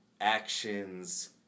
actions